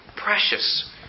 Precious